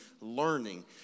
learning